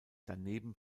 daneben